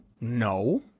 No